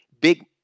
big